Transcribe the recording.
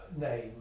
name